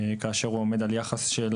כאשר הוא עומד על יחס של